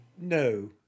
No